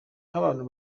nk’abantu